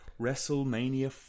Wrestlemania